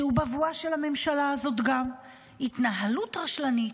שגם הוא בבואה של הממשלה הזאת בהתנהלות רשלנית.